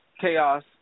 Chaos